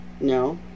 No